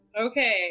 Okay